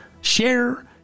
Share